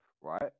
right